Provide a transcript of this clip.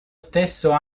stesso